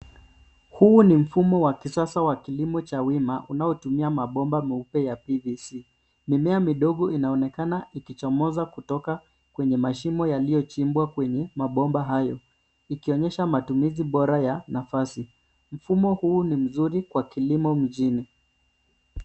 Huu ni mfumo wa kisasa wa kilimo cha wima unaotumia mabomba meupe ya PVC . Mimea midogo inaonekana kuchomoza kwenye mashimo yaliyochimbwa kwneye mabomba hayo ikionyesha matumizi bora ya nafasi. Mfumo huu ni mzuri kwa kilimo mjini.